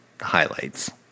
highlights